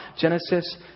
Genesis